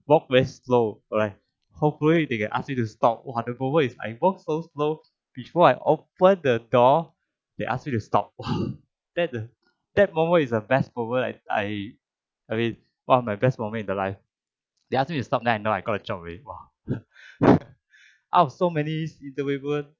walk very slow alright hopefully they can ask me to stop !wah! the moment is I walk so slow before I open the door they ask me to stop !wah! that the that moment is a best moment like I I one of my best moment in the life they ask me to stop then I know I got the job already !wah! out of so many interviewer